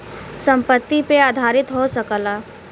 संपत्ति पे आधारित हो सकला